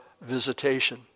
visitation